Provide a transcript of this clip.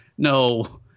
No